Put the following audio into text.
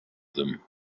them